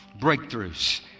breakthroughs